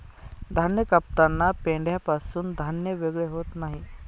धान्य कापताना पेंढ्यापासून धान्य वेगळे होत नाही